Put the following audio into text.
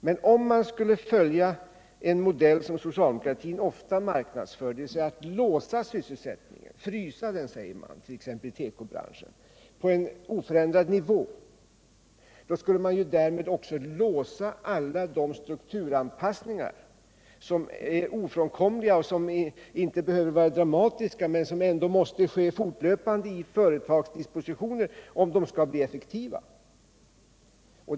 Men om man skulle följa en modell som socialdemokratin ofta marknadsför, dvs. att låsa eller ”frysa” sysselsättningen — 1. ex. i tekobranschen — på en oförändrad nivå, då skulle man därmed också låsa alla de strukturanpassningar som är ofrånkomliga, som inte behöver vara dramatiska men som ändå måste ske fortlöpande i företagens dispositioner om de skall bli effektiva.